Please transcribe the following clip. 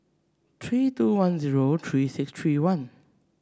three two one zero three six three one